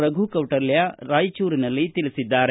ರಘು ಕೌಟಲ್ಯ ರಾಯಚೂರಿನಲ್ಲಿ ತಿಳಿಸಿದ್ದಾರೆ